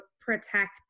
protect